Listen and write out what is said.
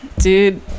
Dude